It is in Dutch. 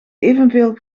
evenveel